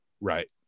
Right